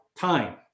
time